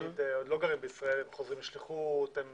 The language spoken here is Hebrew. שעוד לא גרים בישראל, הם חוזרים משליחות אז